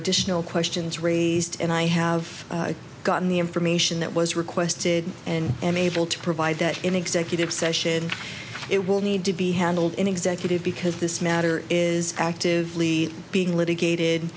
additional questions raised and i have gotten the information that was requested and am able to provide that in executive session it will need to be handled in executive because this matter is actively being litigated